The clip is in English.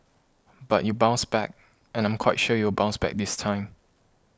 but you bounced back and I'm quite sure you'll bounce back this time